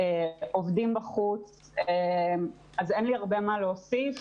עובדים בחוץ, כך שאין לי הרבה מה להוסיף.